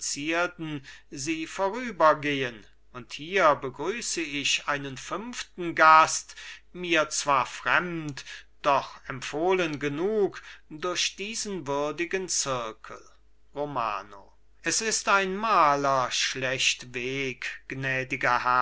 sie vorübergehen und hier begrüße ich einen fünften gast mir zwar fremd doch empfohlen genug durch diesen würdigen zirkel romano es ist ein maler schlechtweg gnädiger